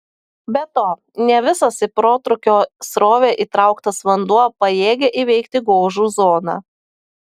be to ne visas į protrūkio srovę įtrauktas vanduo pajėgia įveikti gožų zoną